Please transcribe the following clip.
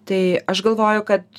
tai aš galvoju kad